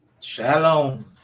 Shalom